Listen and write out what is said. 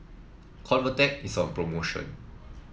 Convatec is on promotion